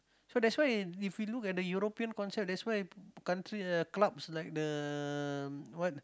so that's why if we look at the European concept that's why country uh club likes the what